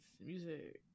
music